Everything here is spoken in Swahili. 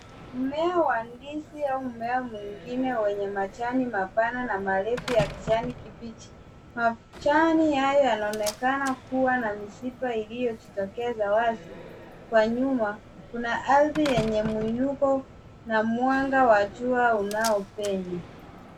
Mmea wa ndizi au mmea mwingine wenye majani mapana, na marefu ya kijani kibichi. Majani hayo yanaonekana kuwa na mishipa iliyojitokeza wazi, kwa nyuma kuna ardhi yenye muinuko, na mwanga wa jua unaopenya.